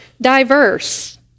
diverse